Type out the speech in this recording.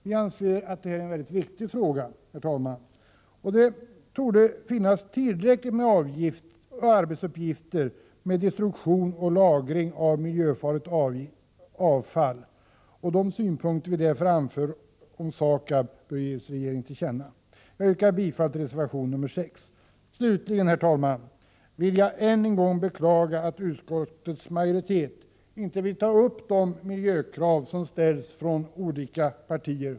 Vi anser att det är en mycket viktig fråga, herr talman. Det torde finnas tillräckligt med arbetsuppgifter när det gäller destruktion och lagring av miljöfarligt avfall. De synpunkter vi anför om SAKAB bör därför ges regeringen till känna. Jag yrkar bifall till reservation 6. Slutligen vill jag, herr talman, än en gång beklaga att utskottets majoritet inte på ett positivt sätt vill ta upp de miljökrav som ställs från olika partier.